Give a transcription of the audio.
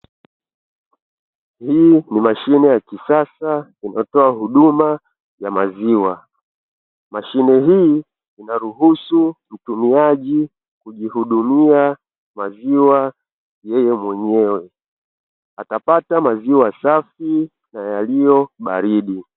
Hii ni mashine ya kisasa inatoa huduma ya maziwa, mashine hii inaruhusu mtumiaji kujihudumia maziwa yeye mwenyewe, atapata maziwa safi na yaliyo baridi.